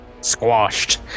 squashed